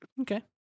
Okay